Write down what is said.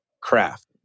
craft